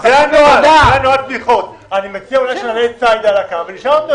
אני מציע שנשאל את צייאדה בזום.